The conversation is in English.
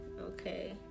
okay